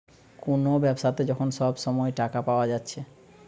কুনো ব্যাবসাতে যখন সব সময় টাকা পায়া যাচ্ছে